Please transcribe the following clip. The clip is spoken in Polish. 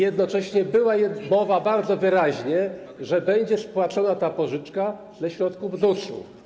i jednocześnie była mowa bardzo wyraźnie, że będzie spłacona ta pożyczka ze środków ZUS-u.